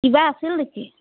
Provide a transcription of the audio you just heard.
কিবা আছিল নেকি